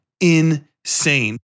insane